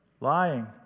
lying